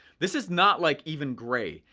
this is not like even gray,